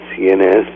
CNS